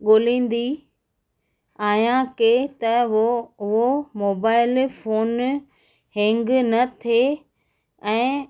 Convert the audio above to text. ॻोल्हींदी आहियां की त वो उहो मोबाइल फोन हैंग न थिए ऐं